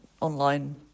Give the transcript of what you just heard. online